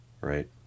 Right